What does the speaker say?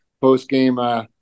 post-game